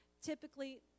Typically